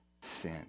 sin